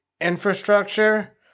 infrastructure